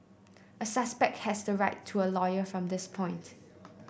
a suspect has the right to a lawyer from this point